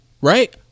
right